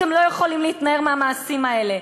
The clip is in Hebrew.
אתם לא יכולים להתנער מהמעשים האלה,